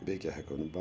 بیٚیہِ کیٛاہ ہٮ۪کَن با